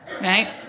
right